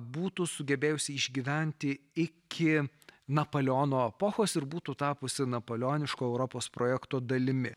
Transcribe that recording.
būtų sugebėjusi išgyventi iki napoleono epochos ir būtų tapusi napoleoniško europos projekto dalimi